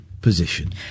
position